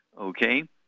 Okay